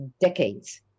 decades